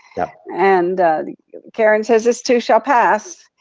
yeah and karen says this too shall pass.